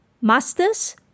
Masters